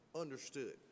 understood